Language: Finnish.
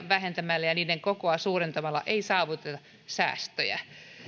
vähentämällä ja niiden kokoa suurentamalla ei saavuteta säästöjä